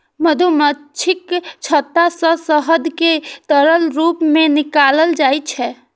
मधुमाछीक छत्ता सं शहद कें तरल रूप मे निकालल जाइ छै